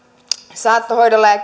saattohoidolla ja ja